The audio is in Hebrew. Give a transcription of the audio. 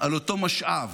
על אותו משאב,